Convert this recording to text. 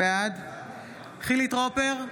בעד חילי טרופר,